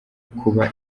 kuba